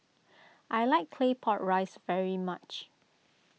I like Claypot Rice very much